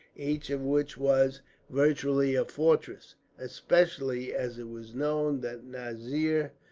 each of which was virtually a fortress especially as it was known that nazir